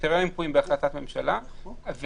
הקריטריונים קבועים בהחלטת ממשלה אבל